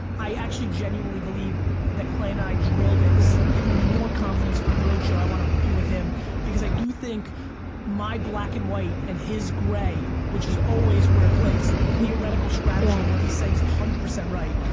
i actually genuinely believe that clay and i drilled it. this is giving me more confidence for the road show i wanna do with him because i do think my black and white and his gray which is also where it plays, the theoretical strategy of what he's saying is one hundred percent right.